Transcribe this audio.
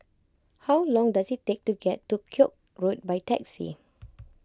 how long does it take to get to Koek Road by taxi